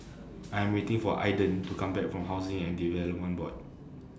I Am waiting For Aiden to Come Back from Housing and Development Board